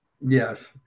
Yes